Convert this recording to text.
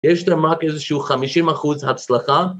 ‫יש תמת איזשהו 50% הצלחה.